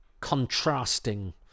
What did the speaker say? contrasting